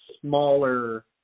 smaller